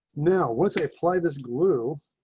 now what's a play this glue